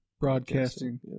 Broadcasting